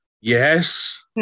Yes